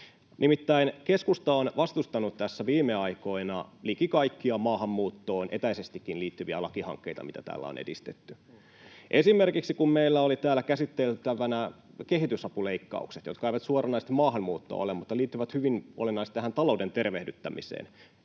Nimittäin keskusta on vastustanut tässä viime aikoina liki kaikkia maahanmuuttoon etäisestikin liittyviä lakihankkeita, mitä täällä on edistetty. Esimerkiksi meillä olivat täällä käsiteltävinä kehitysapuleikkaukset, jotka eivät suoranaisesti maahanmuuttoa ole mutta liittyvät hyvin olennaisesti tähän talouden tervehdyttämiseen.